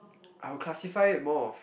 I'll classify it more of